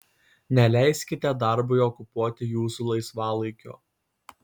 neleiskite darbui okupuoti jūsų laisvalaikio